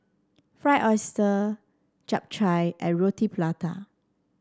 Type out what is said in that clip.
Fried Oyster Chap Chai and Roti Prata